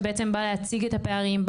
שבעצם בא להציג את הפערים,